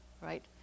Right